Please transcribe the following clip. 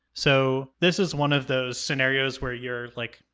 so this is one of those scenarios where you're, like,